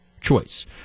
choice